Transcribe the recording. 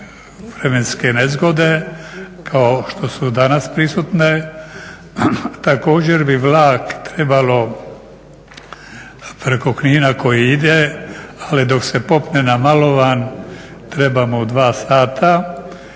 vremenske nezgode kao što su danas prisutne, također bi vlak trebalo preko Knina koji ide, ali dok se popne na Malovan treba mu 2 sata.